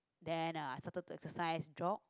then I started to exercise jog